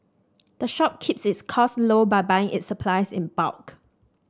the shop keeps its costs low by buying its supplies in bulk